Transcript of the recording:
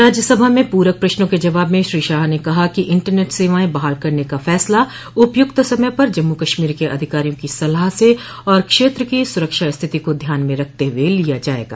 राज्य सभा में पूरक प्रश्नों के जवाब में श्री शाह ने कहा कि इंटरनेट सेवाएं बहाल करने का फैसला उपयुक्त समय पर जम्मू कश्मीर के अधिकारियों की सलाह से और क्षेत्र की सुरक्षा स्थिति को ध्यान में रखते हुए लिया जाएगा